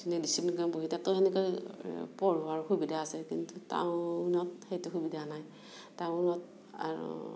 তাতো এনেকৈ পঢ়োৱাৰ সুবিধা আছে কিন্তু টাউনত সেইটো সুবিধা নাই টাউনত আৰু